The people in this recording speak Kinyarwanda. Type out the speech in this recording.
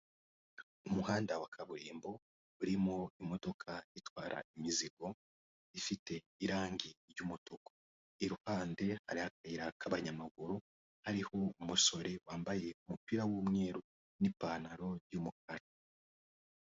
Umuhanda wa kaburimbo urimo imodoka itwara imizigo, ifite irangi ry'umutuku, iruhande hari akayira k'abanyamaguru, hariho umusore wambaye umupira w'umweru n'ipantaro y'umukara.